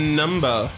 number